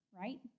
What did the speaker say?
Right